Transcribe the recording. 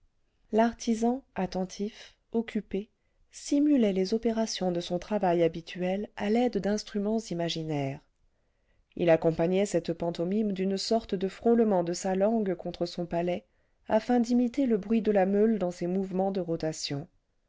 l'artisan attentif occupé simulait les opérations de son travail habituel à l'aide d'instruments imaginaires il accompagnait cette pantomime d'une sorte de frôlement de sa langue contre son palais afin d'imiter le bruit de la meule dans ses mouvements de rotation